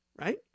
right